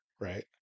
Right